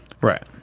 right